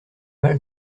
mal